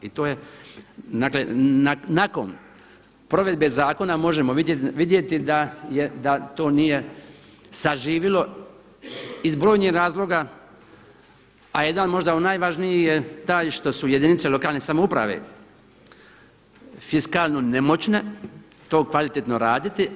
I to je, dakle nakon provedbe zakona možemo vidjeti da to nije zaživjelo iz brojnih razloga a jedan možda od najvažnijih je taj što su jedinice lokalne samouprave fiskalno nemoćne to kvalitetno raditi.